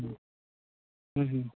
हूँ हूँहूँ